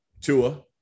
Tua